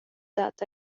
dat